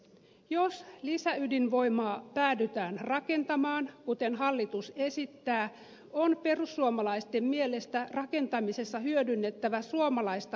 jos lisäydinvoimaa päädytään rakentamaan kuten hallitus esittää on perussuomalaisten mielestä rakentamisessa hyödynnettävä suomalaista osaamista